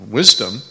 wisdom